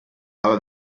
aber